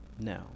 No